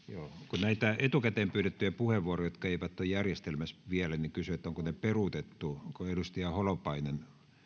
kun on näitä etukäteen pyydettyjä puheenvuoroja jotka eivät ole järjestelmässä vielä niin kysyn onko ne peruutettu onko edustaja holopainen